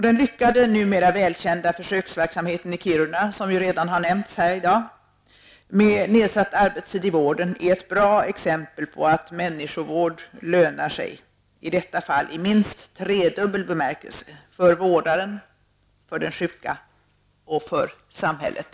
Den lyckade och numera välkända försöksverksamheten i Kiruna -- som ju redan har nämnts här i dag -- med nedsatt arbetstid i vården är ett bra exempel på att människovård lönar sig -- i detta fall i minst tredubbel bemärkelse: för vårdaren, för den sjuka och för samhället.